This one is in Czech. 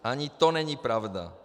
Ani to není pravda.